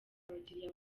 abakiriya